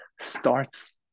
starts